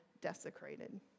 desecrated